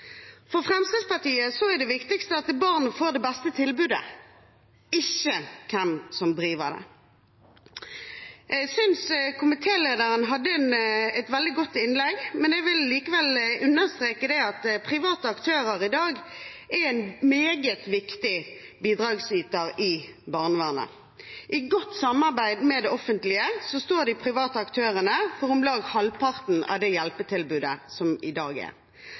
For Fremskrittspartiet er det viktigste at barn får det beste tilbudet, ikke hvem som driver det. Jeg syns komitélederen hadde et veldig godt innlegg, men jeg vil likevel understreke det at private aktører i dag er en meget viktig bidragsyter i barnevernet. I godt samarbeid med det offentlige står de private aktørene for om lag halvparten av det hjelpetilbudet som er i dag. Jeg er